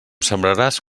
sembraràs